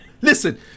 listen